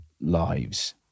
lives